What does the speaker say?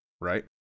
right